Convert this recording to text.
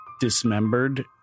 dismembered